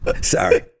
Sorry